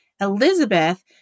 Elizabeth